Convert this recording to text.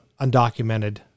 undocumented